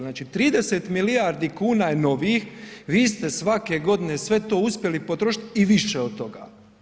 Znači 30 milijardi kuna je novih, vi ste svake godine sve to uspjeli potrošiti i više od toga.